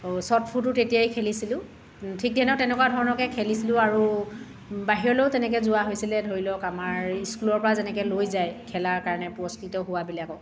ছট পুটো তেতিয়াই খেলিছিলোঁ ঠিক তেনেকুৱা ধৰণৰকৈ খেলিছিলোঁ আৰু বাহিৰলৈও তেনেকৈ যোৱা হৈছিলে ধৰি লওক আমাৰ স্কুলৰ পৰা যেনেকৈ লৈ যায় খেলাৰ কাৰণে পুৰষ্কৃত হোৱাবিলাকক